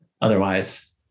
Otherwise